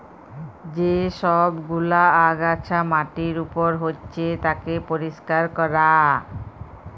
যে সব গুলা আগাছা মাটির উপর হচ্যে তাকে পরিষ্কার ক্যরা